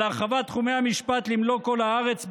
על הרחבת תחומי המשפט למלוא כל הארץ,